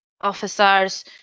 officers